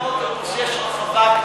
באוטובוס יש רחבה גדולה,